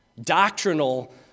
doctrinal